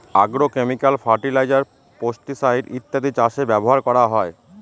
agrochemical fertiliser, pesticide ইত্যাদি চাষে ব্যবহার করা হয়